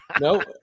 No